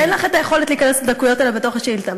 ואין לך היכולת להיכנס לדקויות האלה בתוך השאילתה.